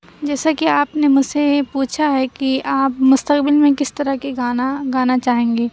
جیسا کہ آپ نے مجھے سے یہ پوچھا ہے کہ آپ مستقبل میں کس طرح کے گانا گانا چاہیں گی